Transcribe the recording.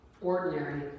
ordinary